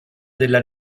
della